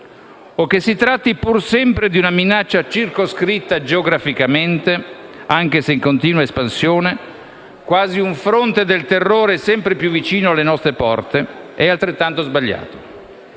che si tratti pur sempre di una minaccia circoscritta geograficamente, anche se in continua espansione, quasi un fronte del terrore sempre più vicino alle nostre porte o che il reclutamento